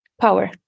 power